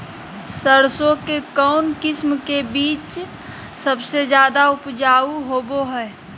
सरसों के कौन किस्म के बीच सबसे ज्यादा उपजाऊ होबो हय?